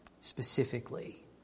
specifically